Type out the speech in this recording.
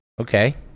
okay